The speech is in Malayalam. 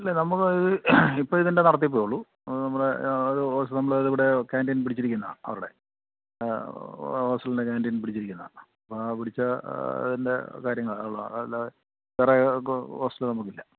ഇല്ല നമുക്ക് ഇത് ഇപ്പോള് ഇതിൻ്റെ നടത്തിപ്പേയുള്ളൂ നമ്മളത് നമ്മളത് ഇവിടെ കാന്റീൻ പിടിച്ചിരിക്കുന്നതാണ് അവരുടെ ഹോസ്റ്റലിൻ്റെ ക്യാന്റീൻ പിടിച്ചിരിക്കുന്നതാണ് അപ്പോള് ആ പിടിച്ച ഇതിൻ്റെ കാര്യങ്ങളളേ ഉള്ളൂ വേറെ ഹോസ്റ്റല് നമുക്കില്ല